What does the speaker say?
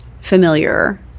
familiar